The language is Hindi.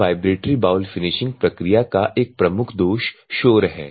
इस वाइब्रेटरी बाउल फिनिशिंग प्रक्रिया का एक प्रमुख दोष शोर है